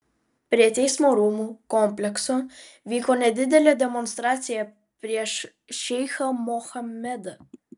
prie teismo rūmų komplekso vyko nedidelė demonstracija prieš šeichą mohamedą